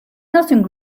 nothing